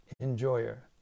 enjoyer